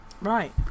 right